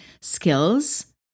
skills